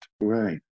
right